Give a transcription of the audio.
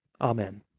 amen